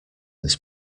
this